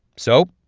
so,